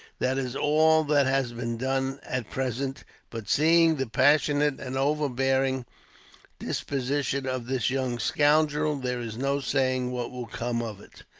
that is all that has been done, at present but, seeing the passionate and overbearing disposition of this young scoundrel, there is no saying what will come of it.